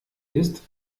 ist